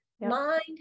Mind